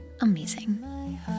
amazing